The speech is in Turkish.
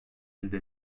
elde